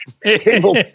people